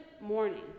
morning